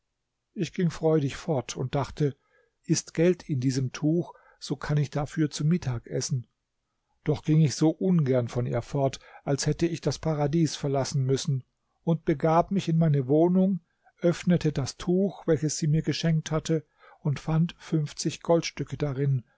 ich ging freudig fort und dachte ist geld in diesem tuch so kann ich dafür zu mittag essen doch ging ich so ungern von ihr fort als hätte ich das paradies verlassen müssen und begab mich in meine wohnung öffnete das tuch welches sie mir geschenkt hatte und fand fünfzig goldstücke darin